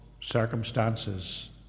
circumstances